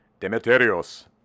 Demeterios